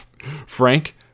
Frank